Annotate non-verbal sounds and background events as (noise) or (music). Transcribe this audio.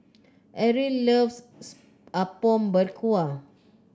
Ariel loves (noise) Apom Berkuah